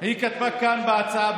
היא כתבה כאן בהצעה,